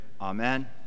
amen